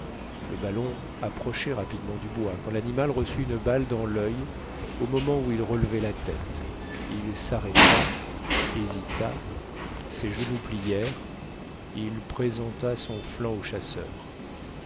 le ballon approchait rapidement du bois quand l'animal reçut une balle dans l'il au moment où il relevait la tête il s'arrêta hésita ses genoux plièrent il présenta son flanc au chasseur